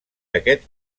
d’aquest